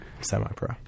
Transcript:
Semi-pro